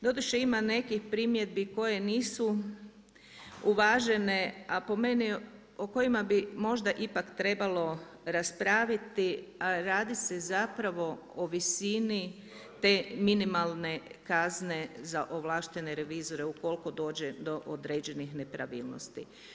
Doduše ima nekih primjedbi koje nisu uvažene, a po meni o kojima bi možda ipak trebalo raspraviti, a radi se o visini te minimalne kazne za ovlaštene revizore ukoliko dođe do određenih nepravilnosti.